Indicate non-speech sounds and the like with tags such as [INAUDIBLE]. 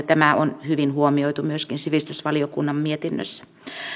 [UNINTELLIGIBLE] tämä on hyvin huomioitu myöskin sivistysvaliokunnan mietinnössä